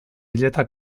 hileta